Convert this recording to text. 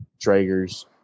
Traegers